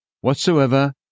Whatsoever